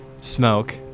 smoke